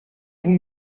vous